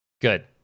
good